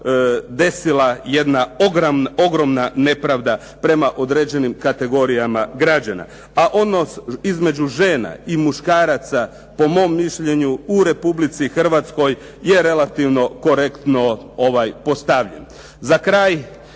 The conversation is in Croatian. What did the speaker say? desila jedna ogromna nepravda prema određenim kategorijama građana. A ono između žena i muškaraca po mom mišljenju u Republici Hrvatskoj je relativno korektno postavljeno. Za kraj